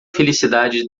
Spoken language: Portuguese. felicidade